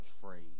phrase